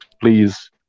Please